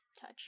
touch